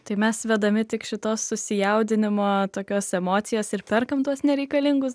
tai mes vedami tik šitos susijaudinimo tokios emocijos ir perkam tuos nereikalingus